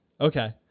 Okay